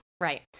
Right